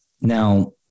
Now